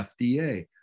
FDA